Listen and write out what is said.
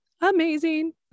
amazing